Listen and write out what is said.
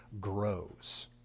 grows